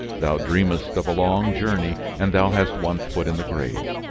thou dreamest of a long journey and thou hast one foot in the grave!